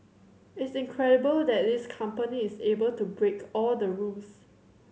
it's incredible that this company is able to break all the rules